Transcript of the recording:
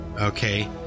okay